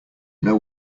know